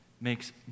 makes